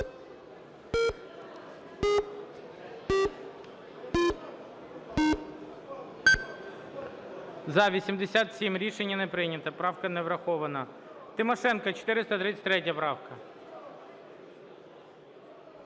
За-87 Рішення не прийнято, правка не врахована. Тимошенко, 433-я правка.